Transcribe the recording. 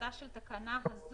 שתחילתה של התקנה הזאת,